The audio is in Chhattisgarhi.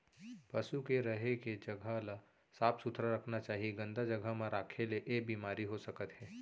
पसु के रहें के जघा ल साफ सुथरा रखना चाही, गंदा जघा म राखे ले ऐ बेमारी हो सकत हे